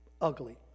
ugly